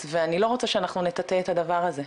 ואני לא רוצה שאנחנו נטאטא את הדבר הזה,